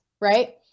right